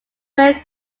men